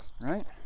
Right